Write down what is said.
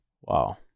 Wow